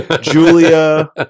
Julia